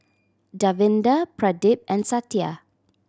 Davinder Pradip and Satya